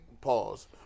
pause